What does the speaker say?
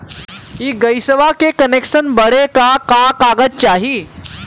इ गइसवा के कनेक्सन बड़े का का कागज चाही?